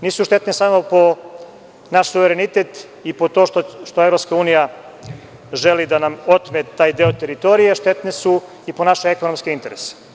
Nisu štetne samo po naš suverenitet i to što EU želi da nam otme taj deo teritorije, štetne su i po naše ekonomske interese.